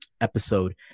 episode